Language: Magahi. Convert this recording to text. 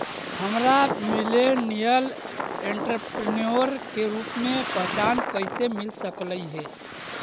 हमरा मिलेनियल एंटेरप्रेन्योर के रूप में पहचान कइसे मिल सकलई हे?